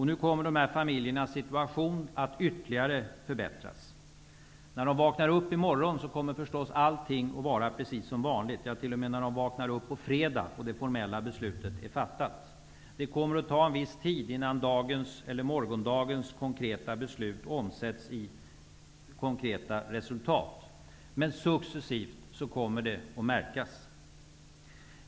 Nu kommer de här familjernas situation att ytterligare förbättras. När man vaknar i morgon -- ja, t.o.m. på fredag, när formellt beslut är fattat -- kommer förstås allting att vara precis som vanligt. Det kommer att ta en viss tid innan morgondagens beslut omsätts i konkreta resultat. Men successivt kommer detta att märkas.